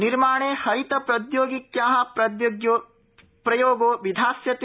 निर्माणे हरित प्रौद्योगिक्या प्रयोगो विधास्यते